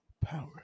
power